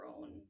own